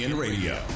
Radio